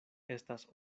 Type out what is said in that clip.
estas